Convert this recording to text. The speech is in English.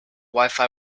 wifi